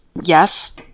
yes